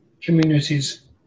communities